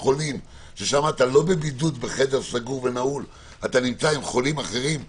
ששם אתה לא בבידוד בחדר סגור נמצא עם חולים אחרים וכו'